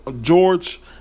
George